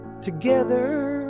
Together